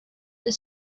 the